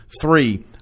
Three